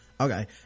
Okay